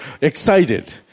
excited